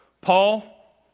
Paul